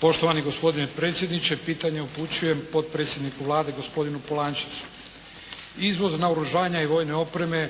Poštovani gospodine predsjedniče, pitanje upućujem potpredsjedniku Vlade gospodinu Polančecu. Izvoz naoružanja i vojne opreme